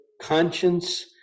conscience